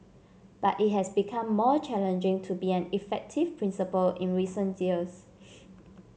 but it has become more challenging to be an effective principal in recent years